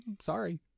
sorry